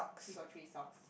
he got three socks